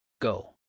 Go